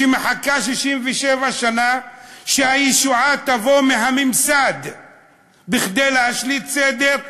שמחכה 67 שנה שהישועה תבוא מהממסד כדי להשליט סדר,